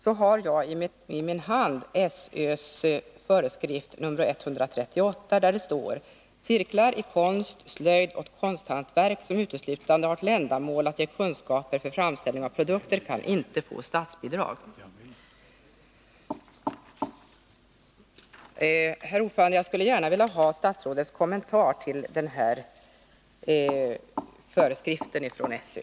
Jag har i min hand SÖ-FS 1981:138, där det står: ”Cirklar i konst, slöjd och konsthantverk som uteslutande har till ändamål att ge kunskaper för framställning av produkter kan inte få statsbidrag.” Herr talman! Jag skulle gärna vilja ha statsrådets kommentar till den här föreskriften från SÖ.